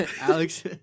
Alex